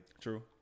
True